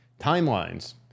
Timelines